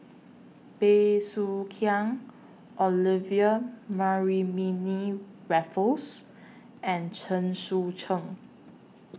Bey Soo Khiang Olivia Mariamne Raffles and Chen Sucheng